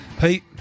Pete